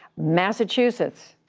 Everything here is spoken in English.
massachusetts,